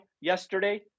yesterday